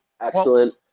excellent